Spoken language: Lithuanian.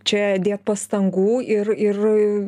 čia dėt pastangų ir ir